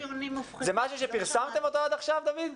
זה משהו שפורסם, דוד?